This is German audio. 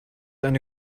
eine